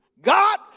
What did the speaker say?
God